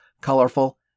colorful